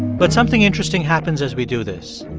but something interesting happens as we do this.